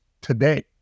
today